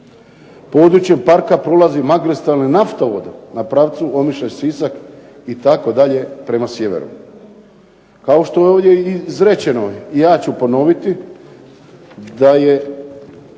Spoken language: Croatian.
Područjem parka prolazi magistralni naftovod na pravcu Omišalj – Sisak itd. prema sjeveru. Kao što je ovdje i izrečeno ja ću ponoviti da je